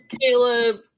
Caleb